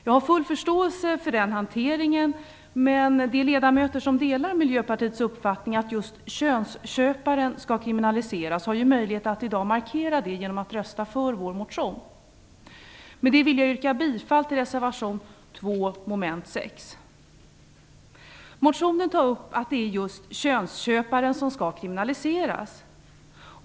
Jag har full förståelse för den hanteringen, men de ledamöter som delar Miljöpartiets uppfattning att just könsköparen skall kriminaliseras har möjlighet att i dag markera det genom att rösta för vår reservation. Med det vill jag yrka bifall till reservation 2 avseende mom 6. I motionen tas upp att det är just könsköparen som skall kriminaliseras.